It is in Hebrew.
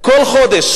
כל חודש.